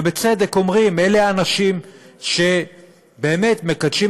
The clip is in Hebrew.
ובצדק אומרים: אלה האנשים שבאמת מקדישים